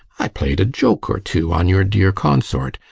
i played a joke or two on your dear consort,